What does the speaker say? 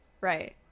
Right